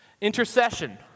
Intercession